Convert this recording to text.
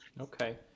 Okay